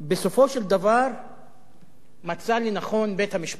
בסופו של דבר מצא לנכון בית-המשפט,